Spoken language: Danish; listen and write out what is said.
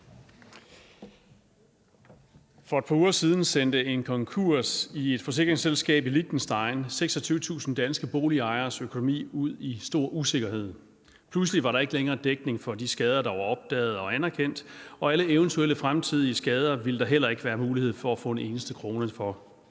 For et par uger siden sendte en konkurs i et forsikringsselskab i Liechtenstein 26.000 danske boligejernes økonomi ud i stor usikkerhed. Pludselig var der ikke længere dækning for de skader, der var opdaget og anerkendt, og alle eventuelle fremtidige skader ville der heller ikke være mulighed for at få en eneste krone for.